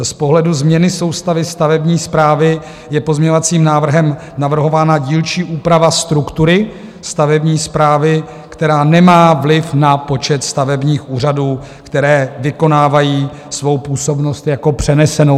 Z pohledu změny soustavy stavební správy je pozměňovacím návrhem navrhována dílčí úprava struktury stavební správy, která nemá vliv na počet stavebních úřadů, které vykonávají svou působnost jako přenesenou.